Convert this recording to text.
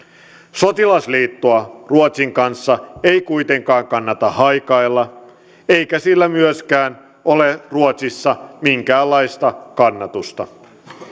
sotilasliittoa ruotsin kanssa ei kuitenkaan kannata haikailla eikä sillä myöskään ole ruotsissa minkäänlaista kannatusta